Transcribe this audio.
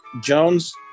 Jones